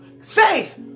Faith